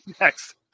next